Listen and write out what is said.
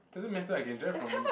doesn't matter I can drive from